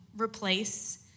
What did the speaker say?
replace